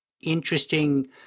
interesting